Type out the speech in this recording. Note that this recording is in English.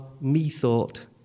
me-thought